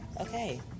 Okay